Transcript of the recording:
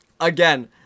Again